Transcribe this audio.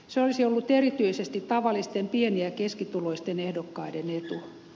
se olisi ollut erityisesti tavallisten pieni ja keskituloisten ehdokkaiden etu